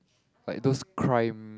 like those crime